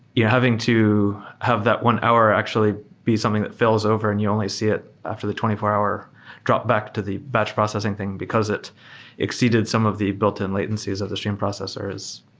yeah having to have that one hour actually be something that fails over and you only see it after the twenty four hour drop back to the batch processing thing because it exceeded some of the built-in latencies or the stream processors,